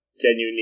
genuinely